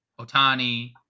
Otani